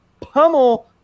pummel